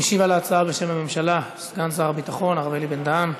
משיב על ההצעה בשם הממשלה סגן שר הביטחון הרב אלי בן-דהן.